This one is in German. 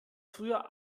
früher